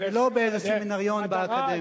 לא באיזה סמינריון באקדמיה.